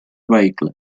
vehicle